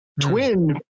Twin